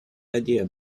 idea